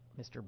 Mr